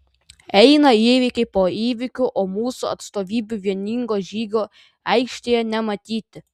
eina įvykiai po įvykių o mūsų atstovybių vieningo žygio aikštėje nematyti